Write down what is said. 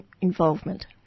involvement